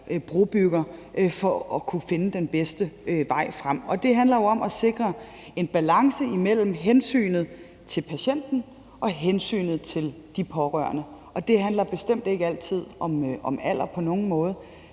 brobyggere for at kunne finde den bedste vej frem. Og det handler jo om at sikre en balance mellem hensynet til patienten og hensynet til de pårørende, og det handler bestemt ikke altid om alder på nogen måde.